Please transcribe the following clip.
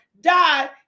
died